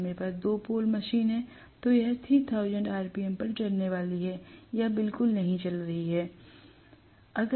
अगर मेरे पास 2 पोल मशीन है तो यह 3000 आरपीएम पर चलने वाली है या बिल्कुल नहीं चल रही है